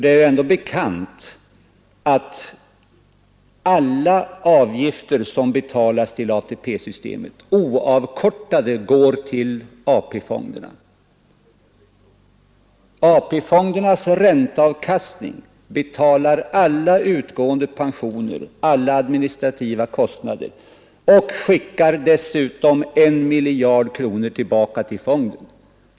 Det torde vara bekant att alla avgifter som betalas till ATP-systemet går oavkortade till AP-fonderna. Dessas ränteavkastning betalar alla utgående pensioner och alla administrativa kostnader. Dessutom går 1 miljard kronor tillbaka till fonden.